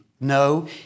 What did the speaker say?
No